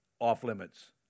off-limits